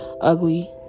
ugly